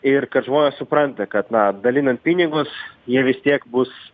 ir kad žmonės supranta kad na dalinant pinigus jie vis tiek bus